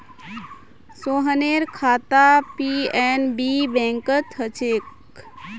सोहनेर खाता पी.एन.बी बैंकत छेक